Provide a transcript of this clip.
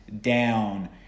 down